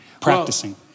practicing